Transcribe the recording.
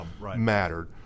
mattered